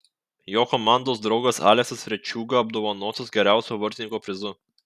jo komandos draugas aleksas rečiūga apdovanotas geriausio vartininko prizu